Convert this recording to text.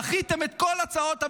דחיתם את כל הצעות הממשלה.